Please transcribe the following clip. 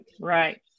right